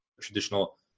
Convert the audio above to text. traditional